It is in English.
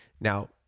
Now